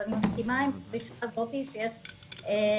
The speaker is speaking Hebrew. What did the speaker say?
אז אני מסכימה עם הדרישה הזאת שיש להכשיר